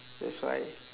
that's why